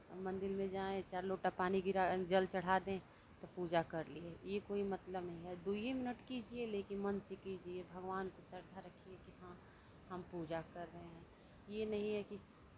मंदिर में जाएँ चार लोटा पानी गिरा जल चढ़ा दें तो पूजा कर लिये ये कोई मतलब नहीं है दुइये मिनट कीजिये लेकिन मन से कीजिये भगवान को श्रद्धा रखिये कि हाँ हम पूजा कर रहे हैं ये नहीं है कि